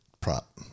prop